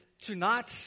tonight